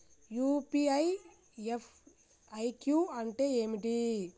UPI FAQ అంటే ఏమిటి?